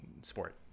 sport